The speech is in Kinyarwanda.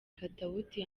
katawuti